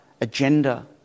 agenda